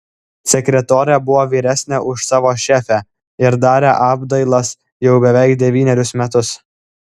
sekretorė buvo vyresnė už savo šefę ir darė apdailas jau beveik devynerius metus